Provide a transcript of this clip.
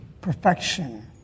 perfection